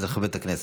זה מכבד את הכנסת.